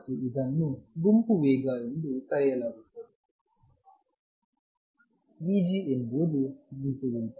ಮತ್ತು ಇದನ್ನು ಗುಂಪು ವೇಗ ಎಂದು ಕರೆಯಲಾಗುತ್ತದೆ vg ಎಂಬುದು ಗುಂಪು ವೇಗ